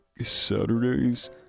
Saturdays